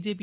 JP